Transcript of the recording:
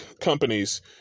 companies